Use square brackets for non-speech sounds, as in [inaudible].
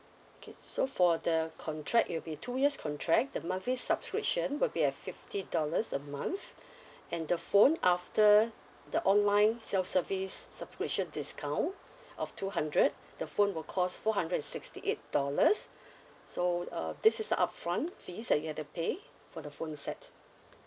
okay so for the contract it'll be two years contract the monthly subscription will be at fifty dollars a month [breath] and the phone after the online sell service subscription discount of two hundred the phone will cost four hundred and sixty eight dollars [breath] so uh this is the upfront fees that you have to pay for the phone set